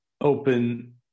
Open